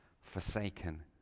forsaken